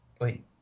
Wait